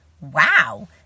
wow